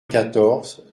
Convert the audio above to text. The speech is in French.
quatorze